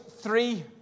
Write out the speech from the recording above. three